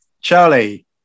Charlie